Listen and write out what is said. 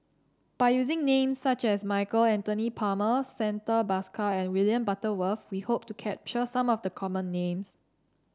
by using names such as Michael Anthony Palmer Santha Bhaskar and William Butterworth we hope to capture some of the common names